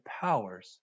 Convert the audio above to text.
powers